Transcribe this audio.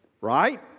right